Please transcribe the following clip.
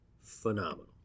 Phenomenal